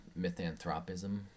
mythanthropism